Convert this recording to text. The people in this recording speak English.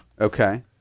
Okay